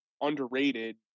underrated